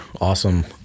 Awesome